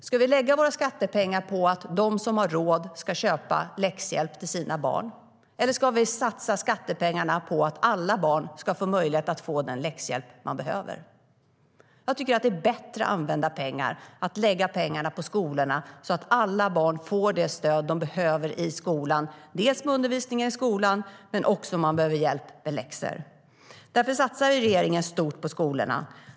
Ska vi lägga våra skattepengar på att de som har råd ska köpa läxhjälp till sina barn, eller ska vi satsa skattepengarna på att alla barn ska få den läxhjälp de behöver? Jag tycker att det är bättre att lägga pengarna på skolorna så att alla barn får det stöd de behöver i skolan, dels med undervisningen i skolan, dels med läxor. Därför satsar regeringen stort på skolorna.